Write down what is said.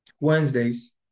Wednesdays